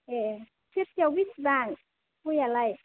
ए सेरसेआव बेसेबां गयआलाय